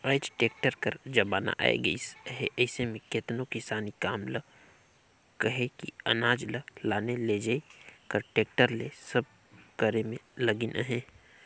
आएज टेक्टर कर जमाना आए गइस अहे अइसे में केतनो किसानी काम ल कहे कि अनाज ल लाने लेइजे कर टेक्टर ले सब करे में लगिन अहें